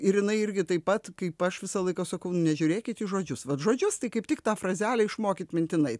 ir jinai irgi taip pat kaip aš visą laiką sakau nežiūrėkit į žodžius vat žodžius tai kaip tik tą frazelę išmokit mintinai